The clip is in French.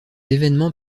événements